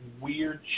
weird